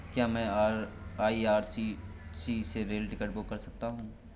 क्या मैं आई.आर.सी.टी.सी से रेल टिकट बुक कर सकता हूँ?